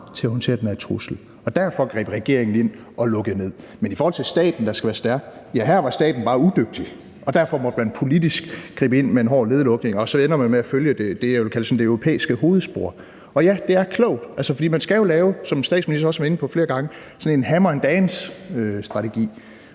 til at håndtere den her trussel, og derfor greb regeringen ind og lukkede ned. Men i forhold til om staten skal være stærk, vil jeg sige, at her var staten bare udygtig, og derfor måtte man politisk gribe ind med en hård nedlukning, og så endte man med at følge det, som jeg vil kalde det sådan europæiske hovedspor. Og ja, det er klogt, for man skal jo, som statsministeren også har været inde på flere gange, lave sådan en hammer and dance-strategi,